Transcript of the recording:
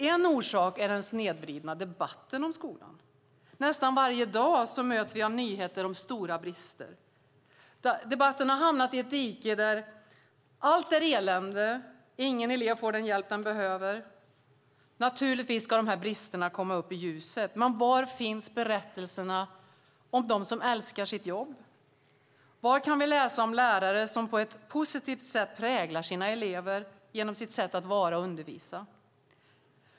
En orsak är den snedvridna debatten om skolan. Nästan varje dag möts vi av nyheter om stora brister. Debatten har hamnat i ett dike där allt är elände och där ingen elev får den hjälp den behöver. Naturligtvis ska brister komma upp i ljuset, men var finns berättelserna om dem som älskar sitt jobb? Var kan vi läsa om lärare som på ett positivt sätt präglar sina elever genom sitt sätt att vara och undervisa?